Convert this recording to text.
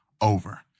over